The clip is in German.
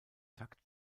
takt